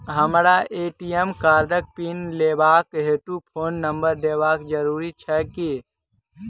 हमरा ए.टी.एम कार्डक पिन लेबाक हेतु फोन नम्बर देबाक जरूरी छै की?